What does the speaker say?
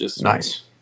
Nice